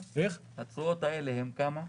התשואות האלה, הן כמה?